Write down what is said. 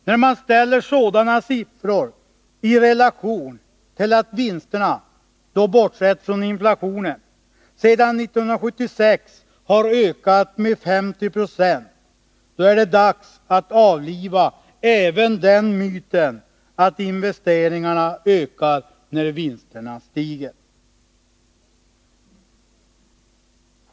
När man ställer sådana siffror i relation till att vinsterna, bortsett från inflationen, sedan 1976 har ökat med 50 90, då är det dags att avliva även den myten att investeringarna ökar när vinsterna stiger.